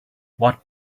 what